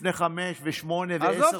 לפני חמש ושמונה ועשר שנים.